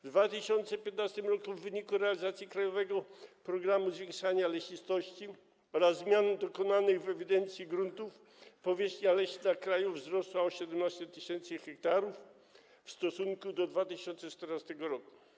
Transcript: W 2015 r. w wyniku realizacji „Krajowego programu zwiększania lesistości” oraz zmian dokonanych w ewidencji gruntów powierzchnia leśna kraju wzrosła o 17 tys. ha w stosunku do 2014 r.